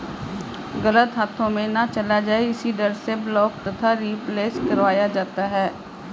गलत हाथों में ना चला जाए इसी डर से ब्लॉक तथा रिप्लेस करवाया जाता है